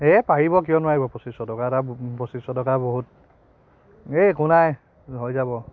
এই পাৰিব কিয় নোৱাৰিব পঁচিছশ টকা এটাহে পঁচিছশ টকা বহুত এই একো নাই হৈ যাব